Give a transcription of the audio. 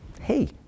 hey